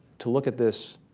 to look at this